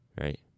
right